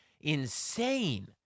insane